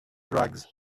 drugs